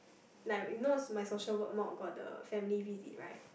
like you know my social work mod got the family visit right